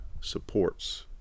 supports